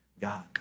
God